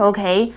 Okay